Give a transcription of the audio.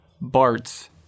BART's